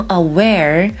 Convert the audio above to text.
aware